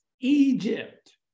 Egypt